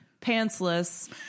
pantsless